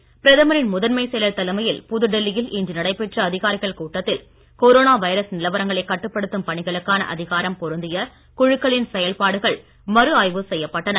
கூட்டம் பிரதமரின் முதன்மைச் செயலர் தலைமையில் புதுடெல்லியின் இன்று நடைபெற்ற அதிகாரிகள் கூட்டத்தில் கொரோனா வைரஸ் நிலவரங்களை கட்டுபடுத்தும் பணிகளுக்கான அதிகாரம் பொருந்திய குழுக்களின் செயல்பாடுகள் மறுஆய்வு செய்யப்பட்டன